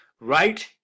right